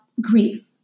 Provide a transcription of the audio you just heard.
grief